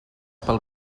pel